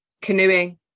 Canoeing